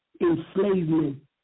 enslavement